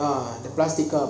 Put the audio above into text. ah the plastic cup